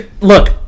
look